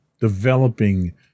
developing